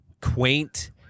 quaint